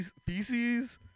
species